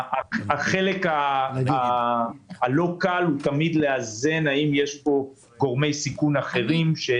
החלק הלא קל הוא תמיד לאזן ולבחון האם יש פה גורמי סיכון אחרים.